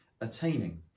attaining